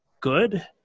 good